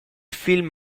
film